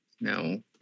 No